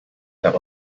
that